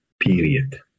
period